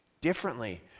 differently